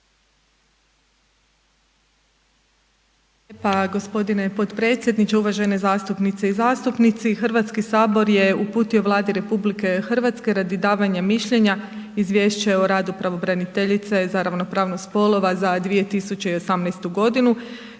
Hrvatski sabor je uputio Vladi RH radi davanja mišljenja izvješće o radu pravobraniteljice za ravnopravnost spolova za 2018. godinu